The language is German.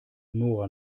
nora